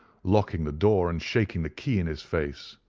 locking the door, and shaking the key in his face.